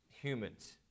humans